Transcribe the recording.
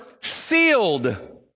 sealed